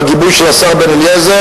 עם הגיבוי של השר בן-אליעזר,